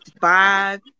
five